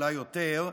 אולי יותר,